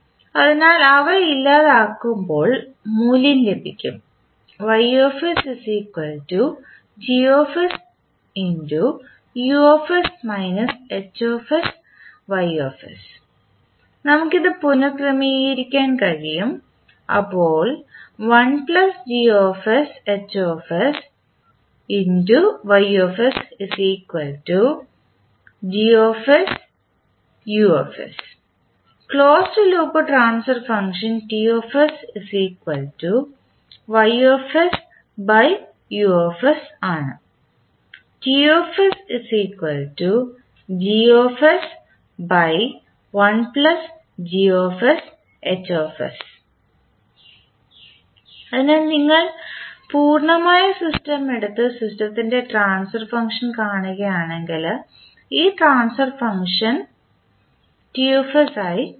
അതിനാൽ അവ ഇല്ലാതാക്കുമ്പോൾ മൂല്യം ലഭിക്കും നമുക്കിത് പുനർ ക്രമീകരിക്കാൻ കഴിയും അപ്പോൾ ക്ലോസ്ഡ് ലൂപ്പ് ട്രാൻസ്ഫർ ഫംഗ്ഷൻ ആണ് അതിനാൽ നിങ്ങൾ പൂർണ്ണമായ സിസ്റ്റം എടുത്ത് സിസ്റ്റത്തിൻറെ ട്രാൻസ്ഫർ ഫംഗ്ഷൻ കാണുകയാണെങ്കിൽ ഈ ട്രാൻസ്ഫർ ഫംഗ്ഷൻ ആയി മാറും